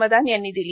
मदान यांनी दिली